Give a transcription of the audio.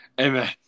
Amen